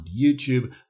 YouTube